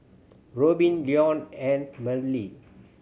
Robbin Leone and Marley